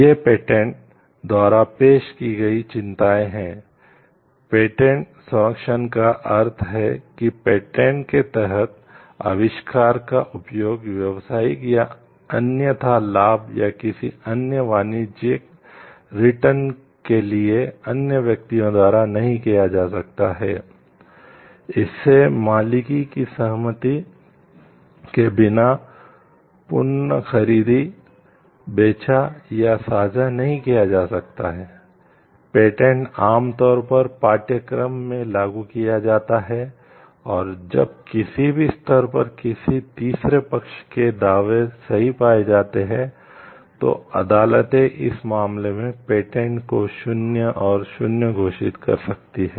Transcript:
ये पेटेंट को शून्य और शून्य घोषित कर सकती हैं